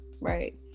right